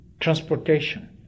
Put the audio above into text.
transportation